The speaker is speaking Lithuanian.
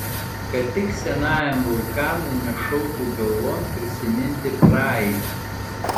kad tik senajam vulkanui nešautų galvon prisiminti praeitį